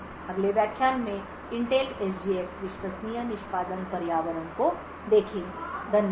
अगले व्याख्यान में इंटेल एसजीएक्स विश्वसनीय निष्पादन पर्यावरण को देखेंगे धन्यवाद